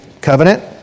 covenant